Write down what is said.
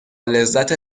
لذت